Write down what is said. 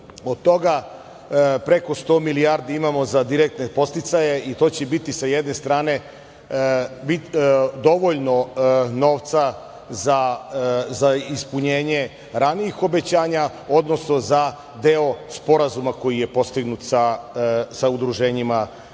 od toga preko sto milijardi imamo za direktne podsticaje i to će biti sa jedne strane dovoljno novca za ispunjenje ranijih obećanja, odnosno za deo sporazuma koji je postignut sa udruženjima